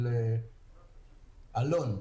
אלון.